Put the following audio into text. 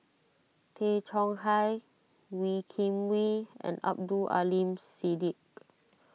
Tay Chong Hai Wee Kim Wee and Abdul Aleem Siddique